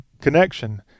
connection